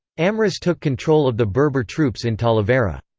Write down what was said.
amrus took control of the berber troops in talavera.